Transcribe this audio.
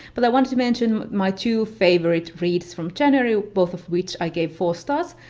but i wanted to mention my two favorite reads from january, both of which i gave four stars.